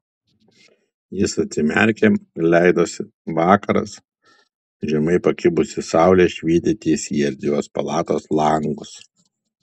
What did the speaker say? jis atsimerkė leidosi vakaras žemai pakibusi saulė švietė tiesiai į erdvios palatos langus